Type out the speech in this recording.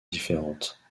différente